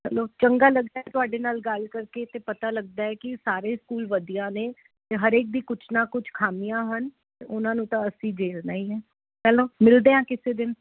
ਚਲੋ ਚੰਗਾ ਲੱਗਦਾ ਤੁਹਾਡੇ ਨਾਲ ਗੱਲ ਕਰਕੇ ਤੇ ਪਤਾ ਲੱਗਦਾ ਹੈ ਕਿ ਸਾਰੇ ਸਕੂਲ ਵਧੀਆ ਨੇ ਹਰੇਕ ਦੀ ਕੁਝ ਨਾ ਕੁਝ ਖਾਮੀਆਂ ਹਨ ਉਹਨਾਂ ਨੂੰ ਤਾਂ ਅਸੀਂ ਜੇਲ ਨਹੀਂ ਹੈ ਪਹਿਲਾਂ ਮਿਲਦੇ ਆਂ ਕਿਸੇ ਦਿਨ